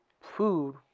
food